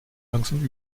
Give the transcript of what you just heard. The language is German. langsam